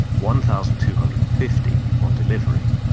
one thousand two hundred and fifty on delivery,